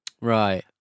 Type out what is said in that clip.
Right